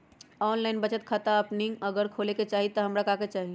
Online बचत खाता हमनी अगर खोले के चाहि त हमरा का का चाहि?